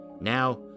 Now